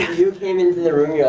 you came into the room, yeah